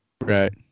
Right